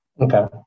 Okay